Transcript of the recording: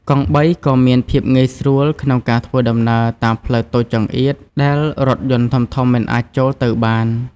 កង់បីក៏មានភាពងាយស្រួលក្នុងការធ្វើដំណើរតាមផ្លូវតូចចង្អៀតដែលរថយន្តធំៗមិនអាចចូលទៅបាន។